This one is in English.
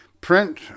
print